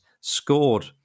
scored